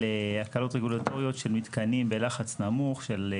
הקלות רגולטוריות של מתקנים בלחץ נמוך של עד,